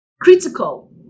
critical